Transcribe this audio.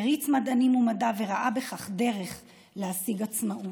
העריץ מדענים ומדע וראה בכך דרך להשיג עצמאות.